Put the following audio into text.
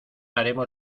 haremos